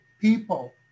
people